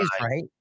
Right